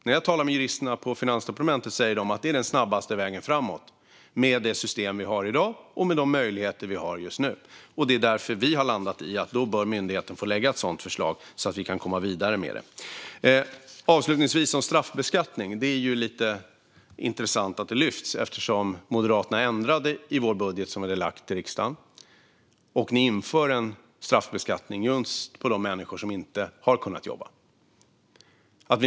När jag talar med juristerna på Finansdepartementet säger de att det är den snabbaste vägen framåt, med det system vi har i dag och de möjligheter vi har just nu. Det är därför vi har landat i att myndigheten bör få lägga fram ett sådant förslag så att vi kan komma vidare med det. Avslutningsvis är det intressant att straffbeskattning lyfts upp, eftersom Moderaterna ändrade i den budget som vi lagt fram för riksdagen och införde straffbeskattning just för de människor som inte har kunnat jobba.